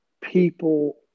people